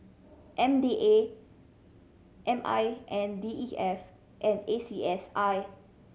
M D A M I N D E F and A C S I